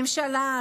הממשלה,